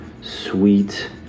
sweet